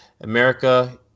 America